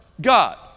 God